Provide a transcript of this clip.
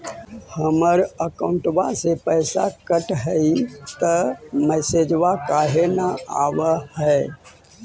हमर अकौंटवा से पैसा कट हई त मैसेजवा काहे न आव है?